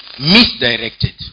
misdirected